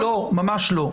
ממש לא,